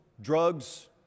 drugs